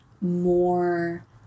more